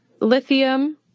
lithium